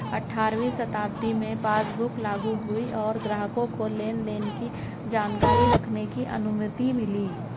अठारहवीं शताब्दी में पासबुक लागु हुई और ग्राहकों को लेनदेन की जानकारी रखने की अनुमति मिली